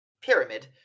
pyramid